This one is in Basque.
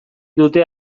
dute